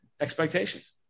expectations